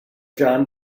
john